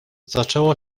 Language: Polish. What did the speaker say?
zaczęło